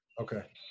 Okay